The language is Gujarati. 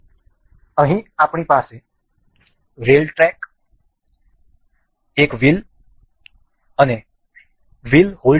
અહીં આપણી પાસે રેલ ટ્રેક એક વ્હીલ અને વ્હીલ હોલ્ડર છે